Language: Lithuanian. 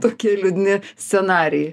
tokie liūdni scenarijai